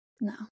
No